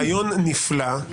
רעיון נפלא,